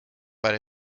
but